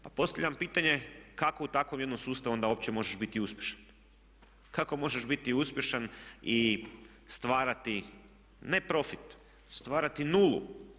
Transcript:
Pa postavljam pitanje kako u takvom jednom sustavu onda uopće možeš biti uspješan, kako možeš biti uspješan i stvarati ne profit, stvarati nulu.